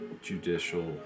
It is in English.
judicial